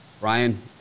Ryan